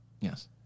Yes